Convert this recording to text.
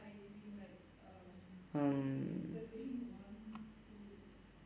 um